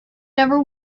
never